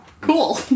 cool